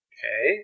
Okay